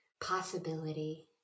Possibility